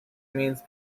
means